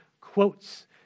quotes